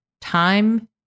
time